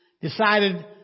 decided